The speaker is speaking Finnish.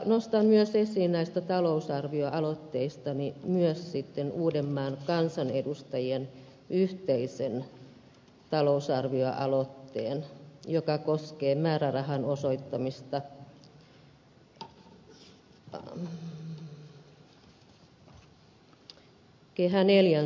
mutta nostan esiin näistä talousarvioaloitteistani myös sitten uudenmaan kansanedustajien yhteisen talousarvioaloitteen joka koskee määrärahan osoittamista kehä ivn suunnitteluun